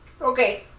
Okay